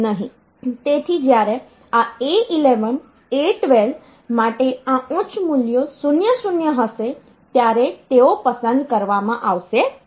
તેથી જ્યારે આ A11 A12 માટે આ ઉચ્ચ મૂલ્યો 0 0 હશે ત્યારે તેઓ પસંદ કરવામાં આવશે નહીં